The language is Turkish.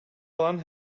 alan